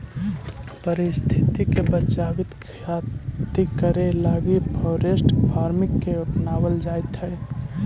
पारिस्थितिकी के बचाबित खेती करे लागी फॉरेस्ट फार्मिंग के अपनाबल जाइत हई